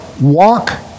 walk